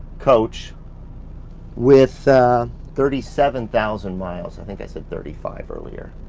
coach with thirty seven thousand miles. i think i said thirty five earlier.